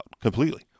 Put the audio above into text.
completely